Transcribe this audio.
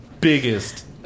biggest